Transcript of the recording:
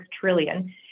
trillion